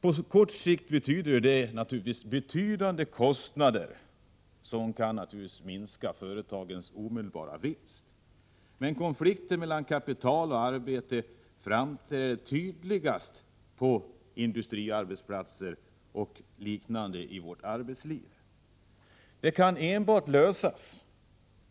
På kort sikt medför åtgärder för att förbättra säkerheten betydande kostnader, som naturligtvis kan minska företagens omedelbara vinster. Konflikten mellan kapital och arbete framträder tydligast på industriarbetsplatser och liknande. Den kan enbart lösas